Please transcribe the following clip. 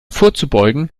vorzubeugen